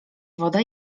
woda